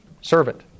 servant